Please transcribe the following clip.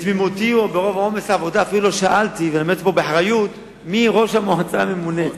בתמימותי או ברוב עומס העבודה אפילו לא שאלתי מי ראש המועצה הממונה,